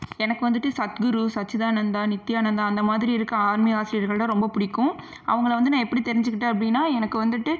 எனக்கு வந்துட்டு சத்குரு சச்சிதானந்தா நித்தியானந்தா அந்த மாதிரி இருக்கற ஆன்மிக ஆசிரியர்கள்லாம் ரொம்ப பிடிக்கும் அவங்களை வந்து நான் எப்படி தெரிஞ்சிக்கிட்டேன் அப்படின்னா எனக்கு வந்துட்டு